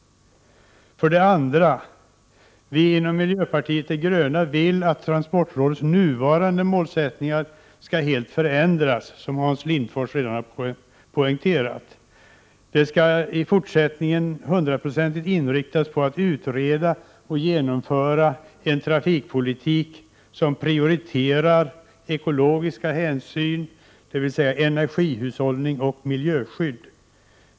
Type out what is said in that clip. För det andra: Vi inom miljöpartiet de gröna vill att transportrådets nuvarande målsättningar helt skall förändras, som Hans Lindforss redan har poängterat. Transportrådets efterföljare skall i fortsättningen hundraprocentigt inriktas på att utreda och genomföra en trafikpolitik som prioriterar ekologiska hänsyn, dvs. energihushållning och miljöskydd.